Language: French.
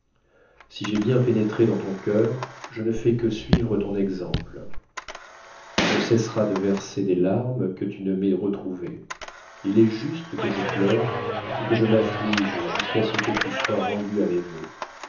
si j'ai bien pénétré dans ton cœur je ne fais que suivre ton exemple tu ne cesseras de verser des larmes que tu ne m'aies retrouvée il est juste que je pleure et que je m'amige jusqu'à ce que tu sois rendu à mes voeux